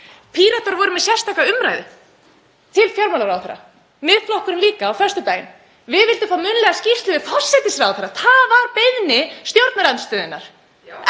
Píratar voru með sérstaka umræðu til fjármálaráðherra, Miðflokkurinn líka á föstudaginn. Við vildum fá munnlega skýrslu forsætisráðherra, það var beiðni stjórnarandstöðunnar,